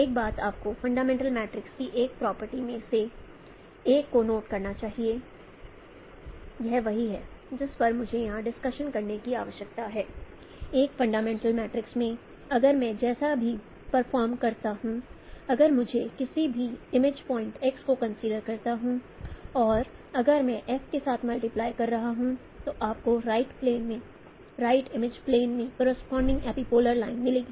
एक बात आपको फंडामेंटल मैट्रिक्स की एक प्रॉपर्टी में से एक को नोट करना चाहिए यह वही है जिस पर मुझे यहां डिस्कस करने की आवश्यकता है एक फंडामेंटल मैट्रिक्स में अगर मैं जैसा भी परफॉर्म करता हूं अगर मैं किसी भी इमेज पॉइंट् x को कंसीडर करता हूं और अगर मैं F के साथ मल्टीप्लाई कर रहा हूं तो आपको राइट प्लेन में राइट इमेज प्लेन में करोसपोंडिंग एपीपोलर लाइन मिलती है